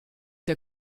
der